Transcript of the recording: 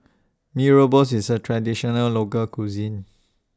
Mee Rebus IS A Traditional Local Cuisine